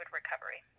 recovery